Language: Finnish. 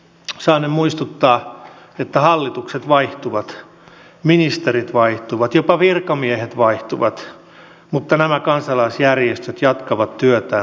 saanen muistuttaa että hallitukset vaihtuvat ministerit vaihtuvat jopa virkamiehet vaihtuvat mutta nämä kansalaisjärjestöt jatkavat työtään sukupolvesta toiseen